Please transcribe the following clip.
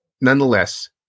nonetheless